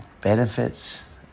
benefits